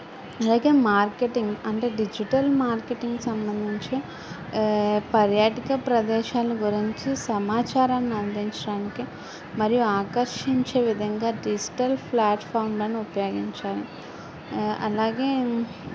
అలాగే మార్కెటింగ్ అంటే digital marketing సంబంధించి పర్యాటక ప్రదేశాల గురించి సమాచారం అందించడానికి మరియూ ఆకర్షించే విధంగా డిజిటల్ ప్లాట్ఫాంలను ఉపయోగించాలి అలాగే